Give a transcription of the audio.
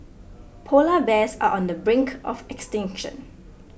Polar Bears are on the brink of extinction